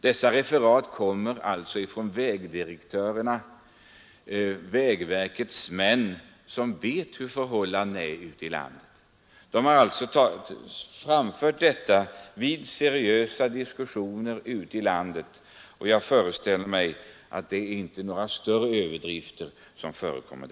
Det är referat av uttalanden av vägdirektörerna, alltså vägverkets män, som vet hurudana förhållandena är ute i landet. De har vid seriösa diskussioner anfört vad som refererats, och jag föreställer mig att det inte är några större överdrifter som där förekommer.